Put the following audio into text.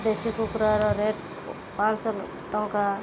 ଦେଶୀ କୁକୁଡ଼ାର ରେଟ୍ ପାଞ୍ଚଶହ ଟଙ୍କା